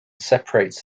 separates